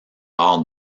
arts